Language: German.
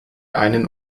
einen